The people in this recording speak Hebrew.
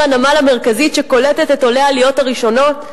הנמל המרכזית שקולטת את עולי העליות הראשונות.